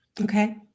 Okay